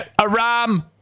Aram